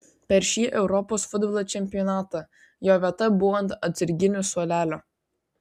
per šį europos futbolo čempionatą jo vieta buvo ant atsarginių suolelio